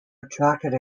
attracted